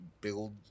build